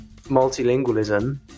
multilingualism